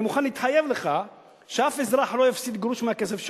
אני מוכן להתחייב לך שאף אזרח לא יפסיד גרוש מהכסף שלו,